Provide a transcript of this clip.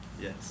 Yes